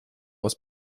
aus